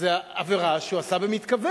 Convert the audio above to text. זו עבירה שהוא עשה במתכוון.